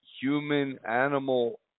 human-animal